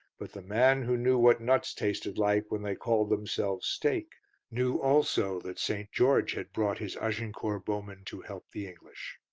but the man who knew what nuts tasted like when they called themselves steak knew also that st. george had brought his agincourt bowmen to help the english.